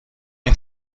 این